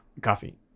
Coffee